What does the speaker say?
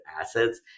assets